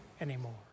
anymore